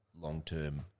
long-term